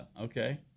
Okay